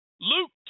luke